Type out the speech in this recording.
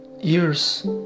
years